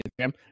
Instagram